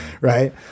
right